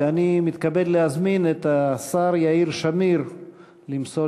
ואני מתכבד להזמין את השר יאיר שמיר למסור